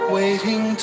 waiting